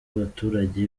abaturage